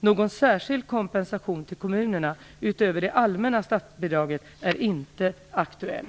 Någon särskild kompensation till kommunerna utöver det allmänna statsbidraget är inte aktuell.